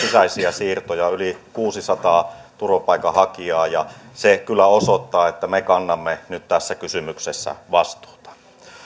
siirtoina yli kuusisataa turvapaikanhakijaa ja se kyllä osoittaa että me kannamme nyt tässä kysymyksessä vastuuta